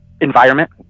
environment